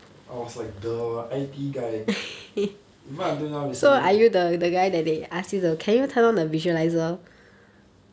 I was like the I_T guy even until now recently right